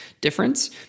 difference